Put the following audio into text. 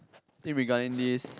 in regarding this